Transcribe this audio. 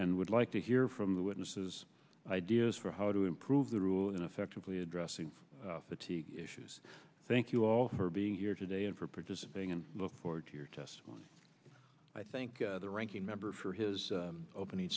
and would like to hear from the witnesses ideas for how to improve the rules and effectively addressing fatigue issues thank you all for being here today and for participating and look forward to your testimony i think the ranking member for his opening